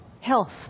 Health